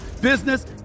business